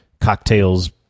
cocktails